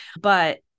but-